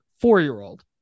four-year-old